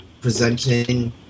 presenting